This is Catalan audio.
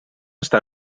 està